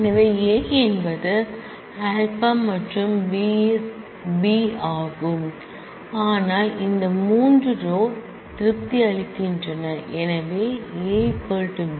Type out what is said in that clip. ஏனெனில் A என்பது α மற்றும் B is ஆகும் ஆனால் இந்த 3 ரோ திருப்தி அளிக்கின்றன ஏனெனில் A β